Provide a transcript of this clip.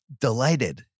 delighted